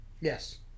Yes